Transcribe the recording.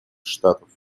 штатов